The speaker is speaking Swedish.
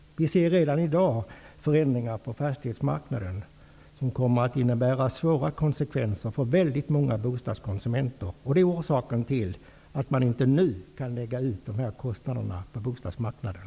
Vi ser redan i dag förändringar på fastighetsmarknaden, förändringar som kommer att innebära svåra konsekvenser för väldigt många bostadskonsumenter. Det är orsaken till att vi inte nu kan lägga ut de här kostnaderna på bostadsmarknaden.